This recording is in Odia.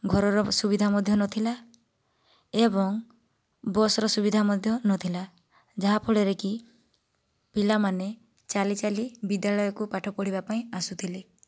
ଘରର ସୁବିଧା ମଧ୍ୟ ନଥିଲା ଏବଂ ବସ୍ର ମଧ୍ୟ ସୁବିଧା ନଥିଲା ଯାହାଫଳରେ କି ପିଲାମାନେ ଚାଲି ଚାଲି ବିଦ୍ୟାଳୟକୁ ପାଠ ପଢ଼ିବା ପାଇଁ ଆସୁଥିଲେ